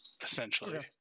essentially